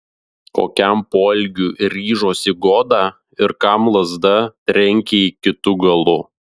kokiam poelgiui ryžosi goda ir kam lazda trenkė kitu galu